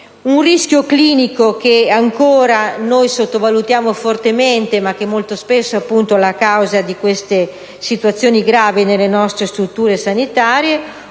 un rischio clinico che ancora sottovalutiamo fortemente, ma che spesso è causa di situazioni molto gravi nelle nostre strutture sanitarie.